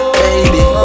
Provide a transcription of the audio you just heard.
baby